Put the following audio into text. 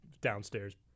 downstairs